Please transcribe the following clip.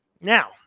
Now